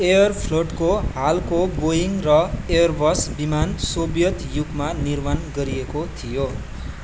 एरोफ्लोटको हालको बोइङ र एयरबस विमान सोभियत युगमा निर्माण गरिएको थियो